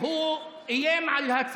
היושב-ראש --- אני אסיים במשפט אחד, רבותיי.